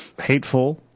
hateful